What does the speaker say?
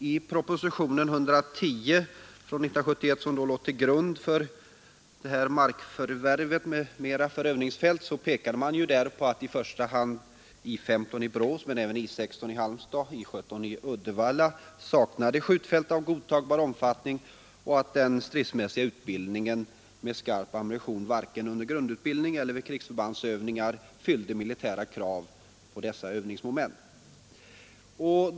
I propositionen 110 år 1971, som låg till grund för detta markförvärv för övningsfält m.m., pekade man på att i första hand I 15 i Borås men även I 16 i Halmstad och I 17 i Uddevalla saknade skjutfält av godtagbar omfattning och att den stridsmässiga utbildningen med skarp ammunition varken under grundutbildning eller vid krigsförbandsövningar fyllde militära krav på övningsmomenten.